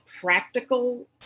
practical